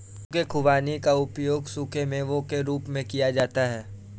सूखे खुबानी का उपयोग सूखे मेवों के रूप में किया जाता है